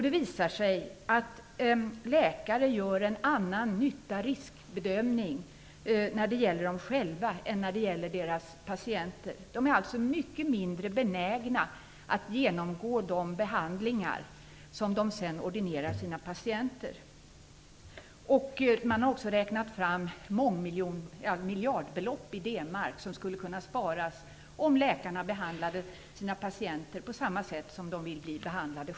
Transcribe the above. Det visade sig då att läkare gör en annan nyttarisk-bedömning när det gäller dem själva än när det gäller deras patienter. De är alltså mycket mindre benägna att genomgå de behandlingar som de ordinerar sina patienter. Man har också räknat fram att miljardbelopp i D-mark skulle kunna sparas om läkarna behandlade sina patienter på samma sätt som de själva vill bli behandlade.